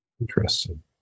Interesting